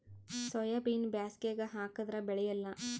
ಸೋಯಾಬಿನ ಬ್ಯಾಸಗ್ಯಾಗ ಹಾಕದರ ಬೆಳಿಯಲ್ಲಾ?